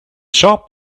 shop